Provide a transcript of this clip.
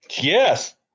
Yes